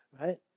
right